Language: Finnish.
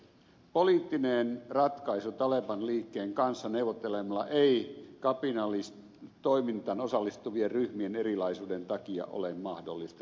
poliittinen ratkaisu taleban liikkeen kanssa neuvottelemalla ei kapinallistoimintaan osallistuvien ryhmien erilaisuuden takia ole mahdollista